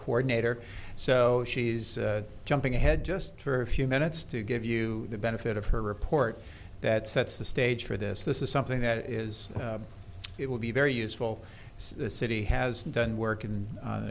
coordinator so she's jumping ahead just for a few minutes to give you the benefit of her report that sets the stage for this this is something that is it will be very useful the city has done work in